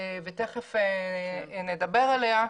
ותיכף נדבר עליה.